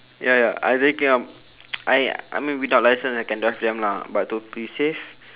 ya ya I taking up I I mean without licence I can drive them lah but to be safe